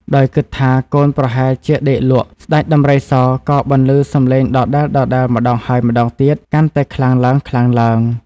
ដោយគិតថា កូនប្រហែលជាដេកលក់ ស្តេចដំរីសក៏បន្លឺសម្លេងដដែលៗម្តងហើយម្តងទៀតកាន់តែខ្លាំងឡើងៗ។